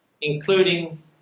including